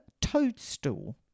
toadstool